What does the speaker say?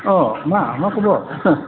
औ मा मा खबर